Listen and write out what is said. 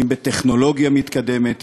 אם בטכנולוגיה מתקדמת,